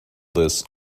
this